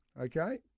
Okay